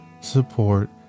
support